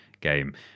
game